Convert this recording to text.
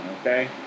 okay